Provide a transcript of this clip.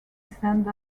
send